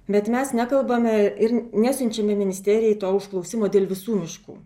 bet mes nekalbame ir nesiunčiame ministerijai to užklausimo dėl visų miškų